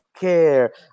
care